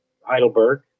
Heidelberg